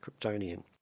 Kryptonian